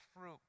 fruit